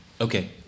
Okay